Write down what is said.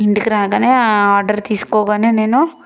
ఇంటికి రాగానే ఆ ఆర్డర్ తీసుకోగానే నేను